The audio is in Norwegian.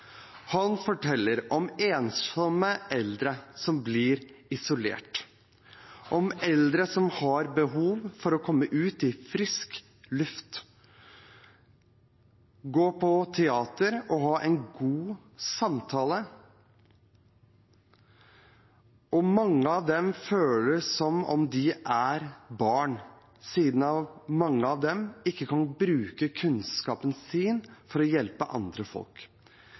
Han forteller om ensomme eldre som blir isolert, om eldre som har behov for å komme ut i frisk luft, gå på teater og ha en god samtale, og for mange av dem føles det som om de er barn, siden de ikke kan bruke kunnskapen sin for å hjelpe andre folk.